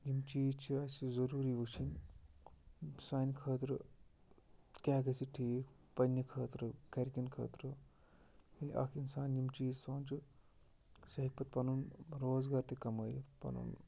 یِم چیٖز چھِ اَسہِ ضٔروٗری وٕچھِنۍ سانہِ خٲطرٕ کیٛاہ گژھِ ٹھیٖک پنٛنہِ خٲطرٕ گَرِکٮ۪ن خٲطرٕ ییٚلہِ اَکھ اِنسان یِم چیٖز سونٛچہِ سُہ ہیٚکہِ پَتہٕ پَنُن روزگار تہِ کَمٲیِتھ پَنُن